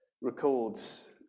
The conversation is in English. records